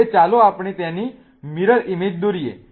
હવે ચાલો આપણે તેની મિરર ઈમેજ દોરીએ